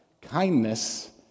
Kindness